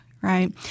right